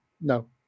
no